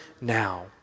now